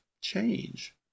change